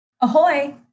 Ahoy